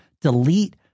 delete